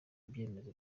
ibyemezo